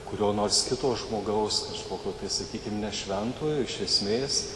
kurio nors kito žmogaus kažkokio sakykim nešventojo iš esmės